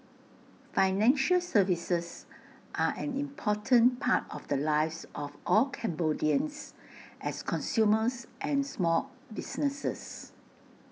financial services are an important part of the lives of all Cambodians as consumers and small businesses